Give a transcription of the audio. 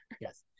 yes